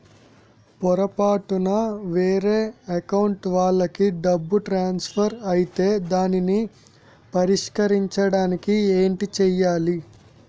పొరపాటున వేరే అకౌంట్ వాలికి డబ్బు ట్రాన్సఫర్ ఐతే దానిని పరిష్కరించడానికి ఏంటి చేయాలి?